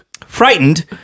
frightened